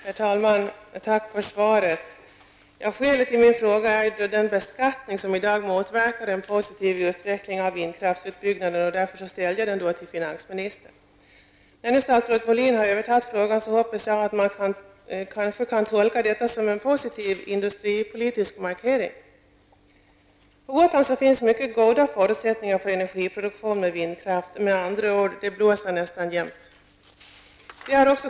Herr talman! Tack för svaret. Bakgrunden till min fråga är den beskattning som i dag motverkar en positiv utveckling av vindkraftsutbyggnaden. Jag ställde därför min fråga till finansministern. När statsrådet Molin nu har övertagit frågan hoppas jag att man kan tolka det som en positiv industripolitisk markering. På Gotland finns mycket goda förutsättningar för energiproduktion med vindkraft. Med andra ord kan man säga att det blåser nästan jämnt.